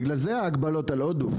בגלל זה ההגבלות על הודו.